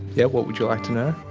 yeah what would you like to know?